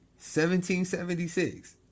1776